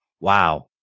wow